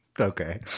okay